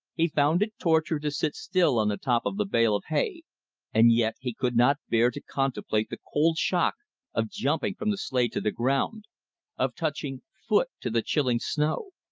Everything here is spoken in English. he found it torture to sit still on the top of the bale of hay and yet he could not bear to contemplate the cold shock of jumping from the sleigh to the ground of touching foot to the chilling snow.